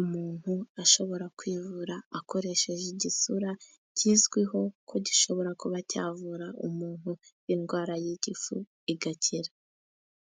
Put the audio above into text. umuntu ashobora kwivura akoresheje igisura. Kizwiho ko gishobora kuba cyavura umuntu indwara y'igifu igakira.